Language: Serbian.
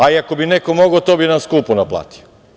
Pa, i ako bi neko mogao, to bi nam skupo naplatio.